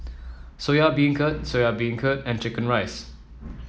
Soya Beancurd Soya Beancurd and chicken rice